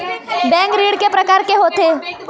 Bank ऋण के प्रकार के होथे?